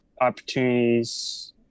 Opportunities